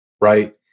right